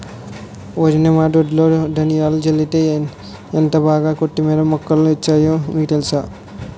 వదినా మా దొడ్లో ధనియాలు జల్లితే ఎంటబాగా కొత్తిమీర మొక్కలు వచ్చాయో మీకు తెలుసా?